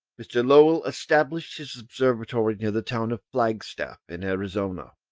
mr. lowell established his observatory near the town of flagstaff in arizona,